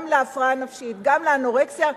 גם לאנורקסיה,